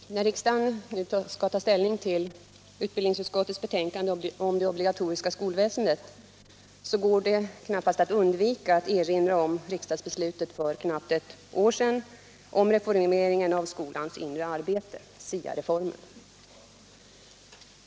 Herr talman! När riksdagen nu skall ta ställning till utbildningsutskottets betänkande om det obligatoriska skolväsendet, går det knappast att undvika att erinra om riksdagsbeslutet för knappt ett år sedan om reformeringen av skolans inre arbete, SIA-reformen.